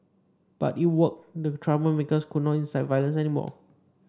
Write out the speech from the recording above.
but it worked the troublemakers could not incite violence anymore